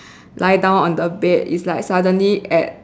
lie down on the bed is like suddenly at